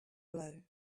blow